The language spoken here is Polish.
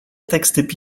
tekst